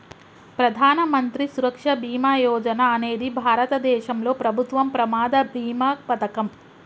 ప్రధాన మంత్రి సురక్ష బీమా యోజన అనేది భారతదేశంలో ప్రభుత్వం ప్రమాద బీమా పథకం